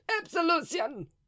absolution